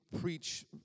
preach